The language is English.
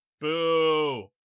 Boo